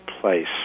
place